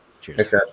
cheers